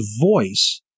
voice